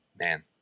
Man